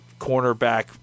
cornerback